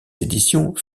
éditions